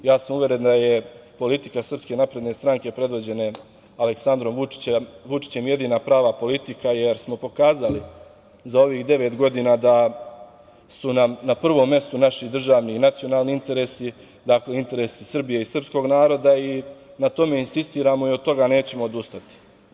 Ja sam uveren da je politika Srpske napredne stranke predvođena Aleksandrom Vučićem jedina prava politika, jer smo pokazali za ovih devet godina da su nam na prvu mestu naši državni i nacionalni interesi, dakle interesi Srbije i srpskog naroda i na tome insistiramo i od toga nećemo odustati.